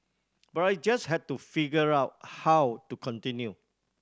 but I just had to figure out how to continue